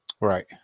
Right